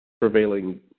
prevailing